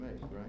right